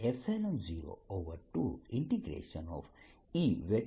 UU V2dV divergence થીયરમનો ઉપયોગ